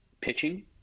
pitching